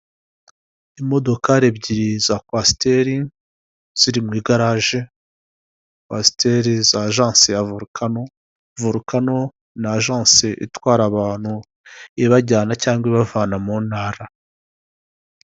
Abagabo babiri bari kuri gishe, uri inyuma wambaye ishati yumukara ameze nk'aho yabonye amafaranga ye, ari kuyabara kugira ngo arebe ko yuzuye. Uwambaye ishati y'umweru we ntabwo arayafata yose; hari ayo amajije gufata, andi aracyari kuri gishe.